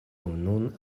nun